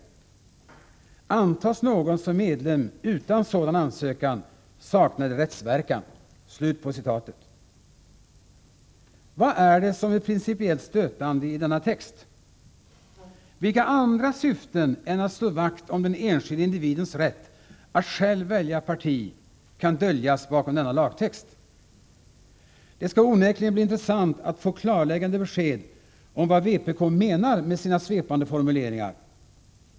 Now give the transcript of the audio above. Antas någon som medlem utan sådan ansökan, saknar det rättsverkan.” Vad är det som är principiellt stötande i denna text? Vilka andra syften än att slå vakt om den enskilde individens rätt att själv välja parti kan döljas bakom denna lagtext? Det skall onekligen bli intressant att få klarläggande besked om vad vpk menar med sina svepande formuleringar.